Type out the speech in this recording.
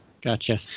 Gotcha